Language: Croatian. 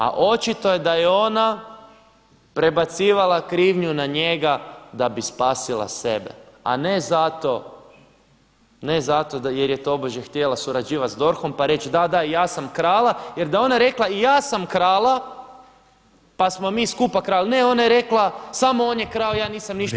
A očito da je ona prebacivala krivnju na njega da bi spasila sebe, a ne zato jer je tobože htjela surađivati s DORH-om pa reći da, da ja sam krala jer da je ona rekla i ja sam krala pa smo mi skupa krali, ne ona je rekla samo on je krao ja nisam ništa.